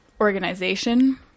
organization